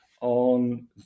on